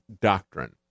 Doctrine